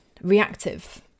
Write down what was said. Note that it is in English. reactive